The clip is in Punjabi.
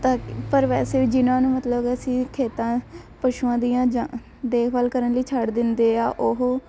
ਤਾਂ ਪਰ ਵੈਸੇ ਜਿਹਨਾਂ ਨੂੰ ਮਤਲਬ ਅਸੀਂ ਖੇਤਾਂ ਪਸ਼ੂਆਂ ਦੀਆਂ ਜਾਂ ਦੇਖਭਾਲ ਕਰਨ ਲਈ ਛੱਡ ਦਿੰਦੇ ਆ ਉਹ